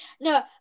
no